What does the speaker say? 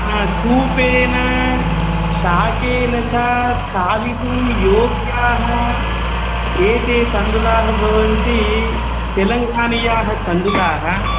हा सूपेन शाकेन च खादितुं योग्याः एते तण्डुलाः भवन्ति तेलङ्गानीयाः तण्डुलाः